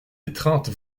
étreinte